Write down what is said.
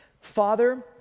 Father